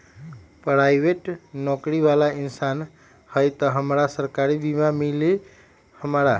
Private नौकरी बाला इंसान हई त हमरा सरकारी बीमा मिली हमरा?